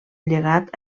llegat